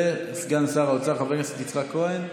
וסגן שר האוצר חבר הכנסת יצחק כהן,